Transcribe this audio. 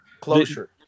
closure